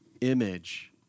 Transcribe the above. image